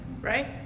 right